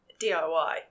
DIY